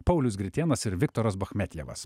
paulius gritėnas ir viktoras bachmetjevas